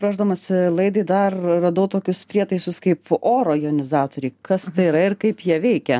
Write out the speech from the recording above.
ruošdamasi laidai dar radau tokius prietaisus kaip oro jonizatoriai kas tai yra ir kaip jie veikia